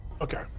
Okay